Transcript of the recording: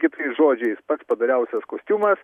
kitais žodžiais pats padoriausias kostiumas